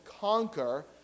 conquer